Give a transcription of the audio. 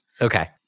Okay